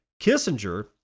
Kissinger